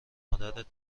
مادرت